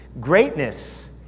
Greatness